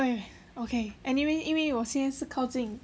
oh okay anyway 因为我现在是靠近